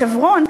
בחברון,